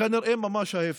כנראה ממש ההפך: